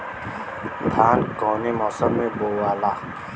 धान कौने मौसम मे बोआला?